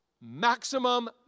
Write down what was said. maximum